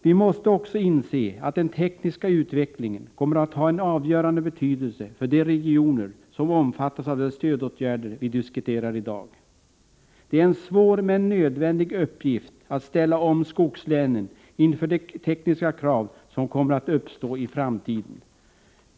Vi måste också inse att den tekniska utvecklingen kommer att ha en avgörande betydelse för de regioner som omfattas av de stödåtgärder vi diskuterar i dag. Det är en svår men nödvändig uppgift att ställa om skogslänen inför de tekniska krav som kommer att uppstå i framtiden.